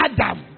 Adam